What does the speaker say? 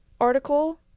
article